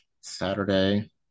Saturday